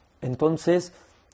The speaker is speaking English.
Entonces